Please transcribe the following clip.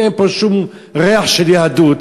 אם אין פה שום ריח של יהדות,